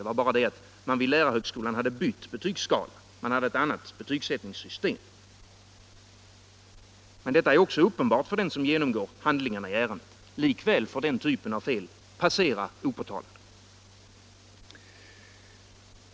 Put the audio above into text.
Det var bara det att man vid lärarhögskolan hade bytt betygsskala — man hade ett annat betygsättningssystem. Detta är också uppenbart för den som genomgår handlingarna i ärendet. Likväl får den typen av fel passera opåtald.